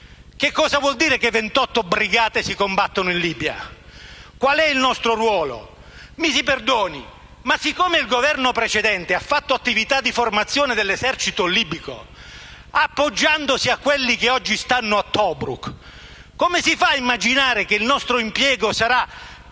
Che cosa vuole dire che 28 brigate si combattono in Libia? Qual è il nostro ruolo? Mi si perdoni, ma siccome il Governo precedente ha fatto attività di formazione dell'esercito libico, appoggiandosi a quelli che oggi stanno a Tobruk, come si fa ad immaginare che il nostro impiego sarà